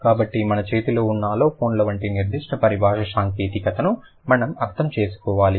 కాబట్టి మన చేతిలో ఉన్న అలోఫోన్ల వంటి నిర్దిష్ట పరిభాష సాంకేతికతను మనం అర్థం చేసుకోవాలి